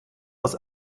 als